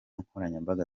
nkoranyambaga